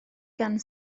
gan